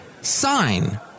sign